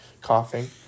coughing